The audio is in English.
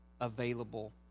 available